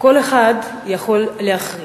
כל אחד יכול להחרים